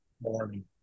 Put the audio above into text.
morning